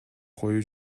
коюу